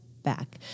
back